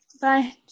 bye